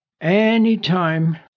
anytime